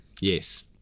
Yes